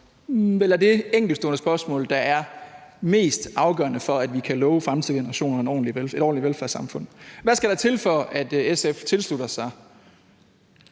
vel er det enkeltstående spørgsmål, der er mest afgørende for, at vi kan love fremtidige generationer et ordentligt velfærdssamfund. Hvad skal der til, for at SF tilslutter sig